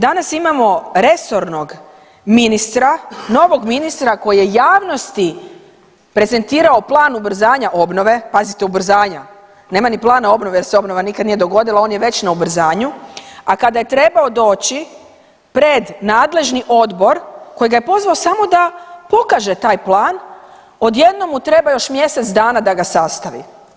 Danas imamo resornog ministra, novog ministra koji je javnosti prezentirao plan ubrzanja obnove, pazite ubrzanja nema ni plana obnove jer se obnova nikada nije dogodila on je već na ubrzanju, a kada je trebao doći pred nadležni odbor koji ga je pozvao samo da pokaže taj plan odjednom mu treba još mjesec dana da ga sastavi.